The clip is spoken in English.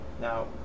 Now